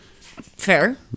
Fair